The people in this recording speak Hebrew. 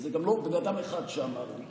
וזה גם לא בן אדם אחד שאמר לי,